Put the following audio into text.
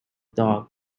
dog